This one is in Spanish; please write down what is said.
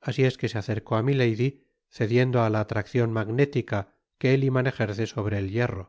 asi es que se acercó á milady cediendo á la atraccion magnética que el iman ejerce sobre el hierro